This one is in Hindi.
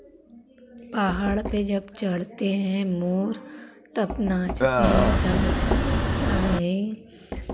पहाड़ पे जब चढ़ते हैं मोर तब नाचते हैं तब अच्छा लगता है